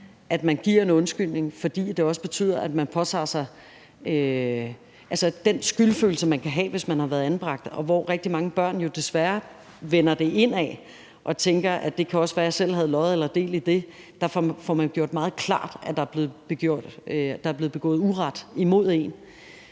at man giver en undskyldning, fordi det også betyder, at man tager det på sig. Altså, med hensyn til den skyldfølelse, de kan have, hvis de har været anbragt – hvor rigtig mange børn jo desværre vender det indad og tænker, at det også kan være, at de selv har løjet eller været del af det – får de gjort det meget klart, at der er blevet begået uret imod dem.